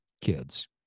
kids